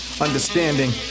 Understanding